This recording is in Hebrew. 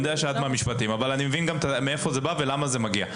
אני יודע שאת ממשרד המשפטים אבל אני גם מבין מאיפה זה בא ולמה זה מגיע.